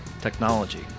technology